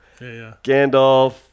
Gandalf